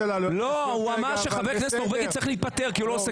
הוא אמר שחבר כנסת נורבגי צריך להתפטר כי הוא לא עושה כלום.